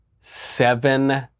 Seven